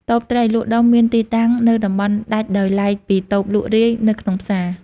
តូបត្រី លក់ដុំមានទីតាំងនៅតំបន់ដាច់ដោយឡែកពីតូបលក់រាយនៅក្នុងផ្សារ។